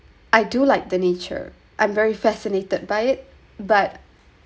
I do like the nature I'm very fascinated by it but because